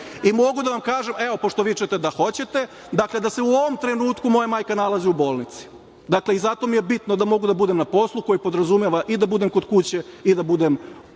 i mogu da vam kažem. Evo pošto vičete da hoćete, dakle da se u ovom trenutku moja majka nalazi u bolnici, dakle i zato mi je bitno da mogu da budem na poslu koji podrazumeva i da budem kod kuće, i da budem